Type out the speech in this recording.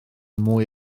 mwy